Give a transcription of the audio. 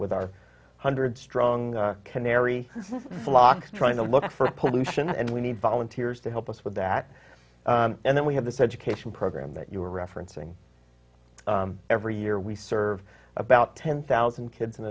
with our hundred strong canary flocks trying to look for pollution and we need volunteers to help us with that and then we have this education program that you are referencing every year we serve about ten thousand kids and